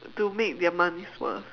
to make their money's worth